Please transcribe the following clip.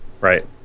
right